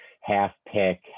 half-pick